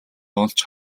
олж